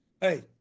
Hey